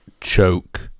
choke